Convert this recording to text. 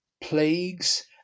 plagues